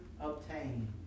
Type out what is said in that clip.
obtain